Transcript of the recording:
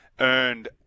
earned